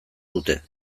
dute